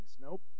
Nope